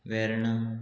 Verna